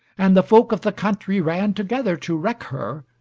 and the folk of the country ran together to wreck her,